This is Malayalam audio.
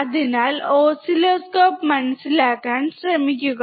അതിനാൽ ഓസിലോസ്കോപ്പ് മനസിലാക്കാൻ ശ്രമിക്കുക